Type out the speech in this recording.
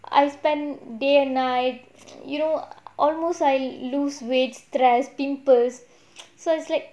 I spent day and night you know almost I lose weight stress pimples so it's like